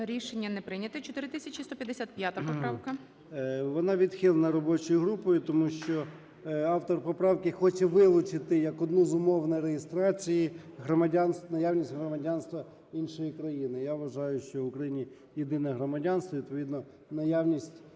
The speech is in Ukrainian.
Рішення не прийнято. 4155 поправка. 10:47:51 ЧЕРНЕНКО О.М. Вона відхилена робочою групою, тому що автор поправки хоче вилучити як одну з умов на реєстрації наявність громадянства іншої країни. Я вважаю, що в Україні єдине громадянство,